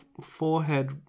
forehead